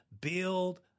build